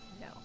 No